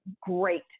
great